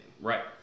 Right